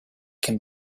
can